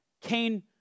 Cain